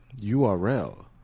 URL